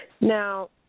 Now